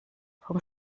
von